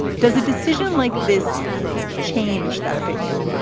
does a decision like this change that opinion?